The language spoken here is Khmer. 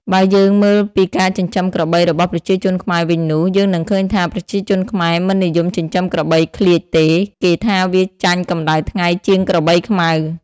បើយើងមើលពីការចិញ្ចឹមក្របីរបស់ប្រជាជនខ្មែរវិញនោះ យើងនឹងឃើញថា ប្រជាជនខ្មែរមិននិយមចិញ្ចឹមក្របីឃ្លៀចទេ គេថាវាចាញ់កម្ដៅថ្ងៃជាងក្របីខ្មៅ។